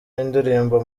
y’indirimbo